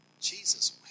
Jesus